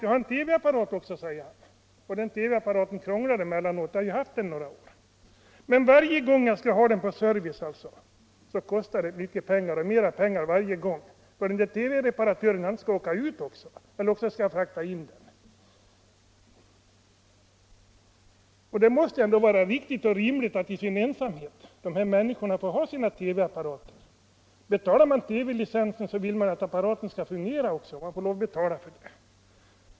Jag har en TV-apparat, säger han, och den krånglar emellanåt; jag har ju haft den några år. Varje gång den skall på service kostar det mycket pengar och mer och mer för varje gång. TV-reparatören skall åka ut eller också skall jag frakta in apparaten. Det måste ändå vara riktigt och rimligt att människor som sitter i sin ensamhet får ha sin TV-apparat. Och betalar man TV-licensen så vill man att apparaten skall fungera.